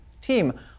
team